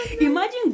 imagine